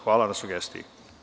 Hvala vam na sugestiji.